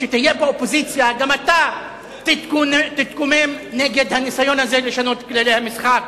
כשתהיה באופוזיציה גם אתה תתקומם נגד הניסיון הזה לשנות כללי משחק